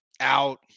out